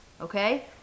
okay